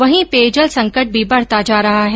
वहीं पेयजल संकट भी बढ़ता जा रहा है